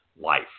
life